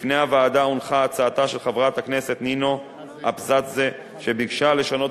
בפני הוועדה הונחה הצעתה של חברת הכנסת נינו אבסדזה שביקשה לשנות